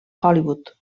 hollywood